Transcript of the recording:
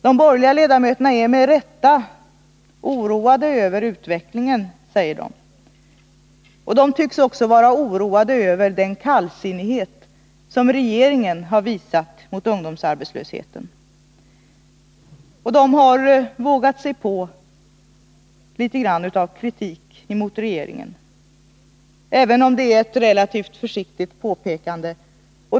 De borgerliga ledamöterna i arbetsmarknadsutskottet är med rätta oroade över utvecklingen på arbetsmarknaden, och de tycks också vara oroade över regeringens kallsinnighet gentemot ungdomsarbetslösheten. De har vågat sig på att litet grand kritisera regeringen, även om de bara gör ett relativt försiktigt påpekande.